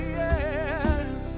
yes